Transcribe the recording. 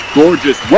gorgeous